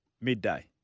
midday